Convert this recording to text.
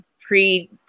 pre